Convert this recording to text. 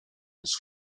his